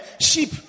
sheep